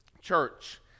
church